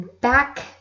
back